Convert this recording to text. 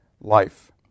life